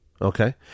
okay